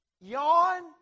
yawn